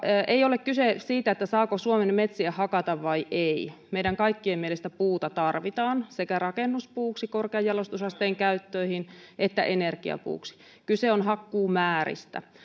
ei ole siitä saako suomen metsiä hakata vai ei meidän kaikkien mielestä puuta tarvitaan sekä rakennuspuuksi korkean jalostusasteen käyttöihin että energiapuuksi vaan kyse on hakkuumääristä